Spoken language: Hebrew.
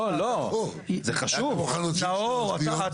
נאור,